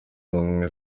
ubumwe